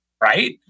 right